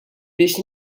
biex